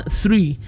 three